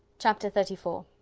chapter thirty four.